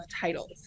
titles